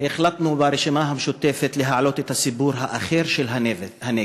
החלטנו ברשימה המשותפת להעלות את הסיפור האחר של הנגב,